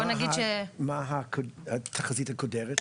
מה התחזית הקודרת?